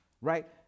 Right